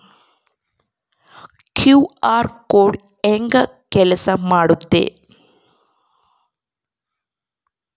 QR code ಹೆಂಗ ಕೆಲಸ ಮಾಡುತ್ತೆ?